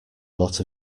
lot